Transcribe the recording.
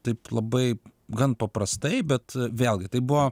taip labai gan paprastai bet vėlgi tai buvo